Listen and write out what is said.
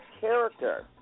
character